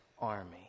army